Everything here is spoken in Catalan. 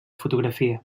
fotografia